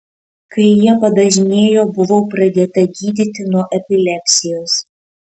kai jie padažnėjo buvau pradėta gydyti nuo epilepsijos